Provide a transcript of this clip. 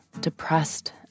depressed